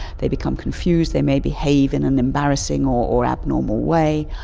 they become confused, they may behave in an embarrassing or or abnormal way,